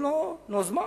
נו, אז מה?